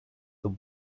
the